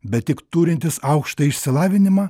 bet tik turintys aukštąjį išsilavinimą